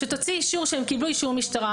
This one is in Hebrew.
שתוציא אישור שהם קיבלו אישור משטרה.